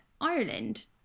Ireland